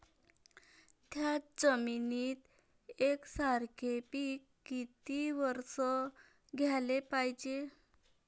थ्याच जमिनीत यकसारखे पिकं किती वरसं घ्याले पायजे?